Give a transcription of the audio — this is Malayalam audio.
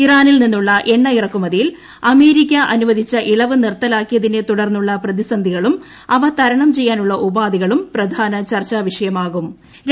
ഇറാനിൽ നിന്നുള്ള എണ്ണ ഇറക്കുമതിയിൽ അമേരിക്ക അനുവദിച്ച ഇളവ് നിർത്തലാക്കിയതിനെ തുടർന്നുള്ള പ്രതിസന്ധികളും അവ തരണം ചെയ്യാനുള്ള ഉപാധികളും പ്രധാന ചർച്ചാ വിഷയമാകുമെന്നാണ് പ്രതീക്ഷ